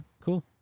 cool